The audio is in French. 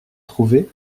trouver